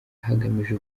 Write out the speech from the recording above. hagamijwe